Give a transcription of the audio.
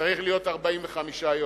צריך להיות 45 יום,